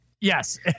yes